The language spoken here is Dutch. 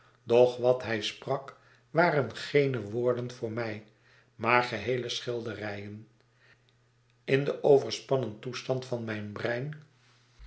doch wat hij sprak waren geene woorden voor mij maar geheele schilderijen in den overspannen toestand van mijn brein